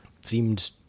seemed